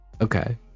Okay